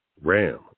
Ram